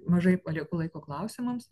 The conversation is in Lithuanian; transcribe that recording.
mažai palieku laiko klausimams